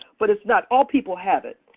but it's not, all people have it.